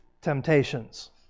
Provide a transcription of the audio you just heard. temptations